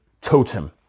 totem